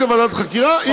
לא ועדת חקירה.